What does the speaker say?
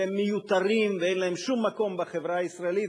והם מיותרים ואין להם שום מקום בחברה הישראלית,